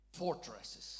fortresses